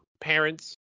parents